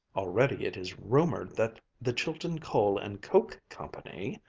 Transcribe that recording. already it is rumored that the chilton coal and coke company.